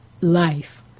life